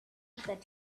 that